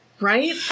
Right